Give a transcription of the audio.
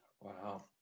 wow